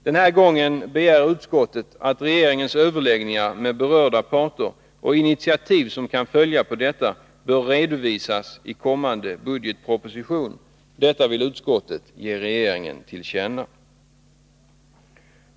Den här gången begär utskottet att regeringens överläggningar med berörda parter — och initiativ som kan följa på detta — bör redovisas i kommande budgetproposition. Detta vill utskottet ge regeringen till känna.